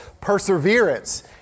perseverance